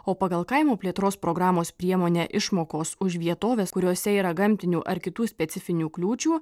o pagal kaimo plėtros programos priemonę išmokos už vietoves kuriose yra gamtinių ar kitų specifinių kliūčių